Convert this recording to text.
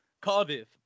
Cardiff